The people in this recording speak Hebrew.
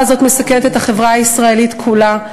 הזאת מסכנת את החברה הישראלית כולה,